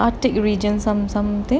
arctic region some something